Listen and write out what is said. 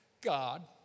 God